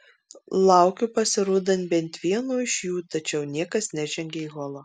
laukiu pasirodant bent vieno iš jų tačiau niekas nežengia į holą